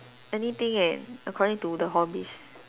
anything eh according to the hobbies